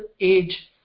age